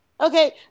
Okay